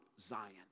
Zion